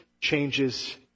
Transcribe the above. changes